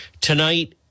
tonight